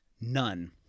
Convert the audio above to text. None